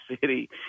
City